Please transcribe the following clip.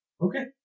Okay